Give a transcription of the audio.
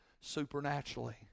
supernaturally